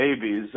babies